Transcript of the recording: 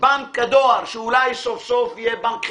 בנק הדואר, שאולי סוף סוף יהיה בנק חברתי,